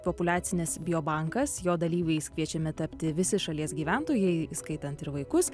populiacinis biobankas jo dalyviais kviečiami tapti visi šalies gyventojai įskaitant ir vaikus